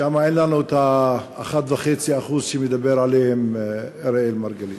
שם אין לנו 1.5% שמדבר עליהם אראל מרגלית,